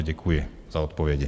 Děkuji za odpovědi.